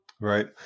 Right